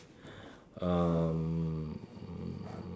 um